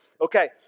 Okay